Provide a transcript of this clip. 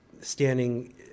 standing